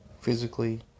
physically